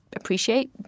appreciate